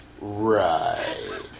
Right